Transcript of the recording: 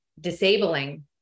disabling